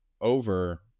over